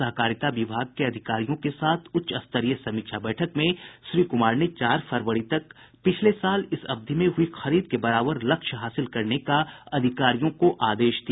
सहकारिता विभाग के अधिकारियों के साथ उच्च स्तरीय समीक्षा बैठक में श्री कुमार ने चार फरवरी तक पिछले साल इस अवधि में हुई खरीद के बराबर लक्ष्य हासिल करने का अधिकारियों को आदेश दिया